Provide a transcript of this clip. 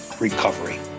recovery